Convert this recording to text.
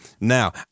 Now